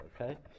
okay